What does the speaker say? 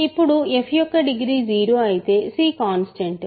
ఇప్పుడు f యొక్క degree 0 అయితే c కాన్స్టెంట్